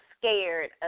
scared